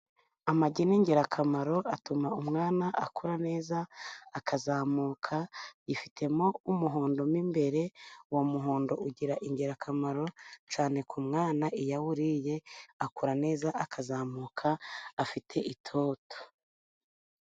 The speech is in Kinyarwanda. Amagi ni ingirakamaro atuma umwana akura neza, akazamuka yifitemo umuhondo mo imbere, uwo muhondo ugira ingirakamaro cyane ku mwana iyo awuriye akura neza akazamuka afite itoto.